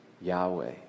Yahweh